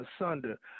asunder